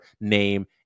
name